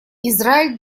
израиль